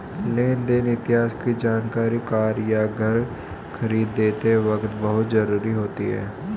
लेन देन इतिहास की जानकरी कार या घर खरीदते वक़्त बहुत जरुरी होती है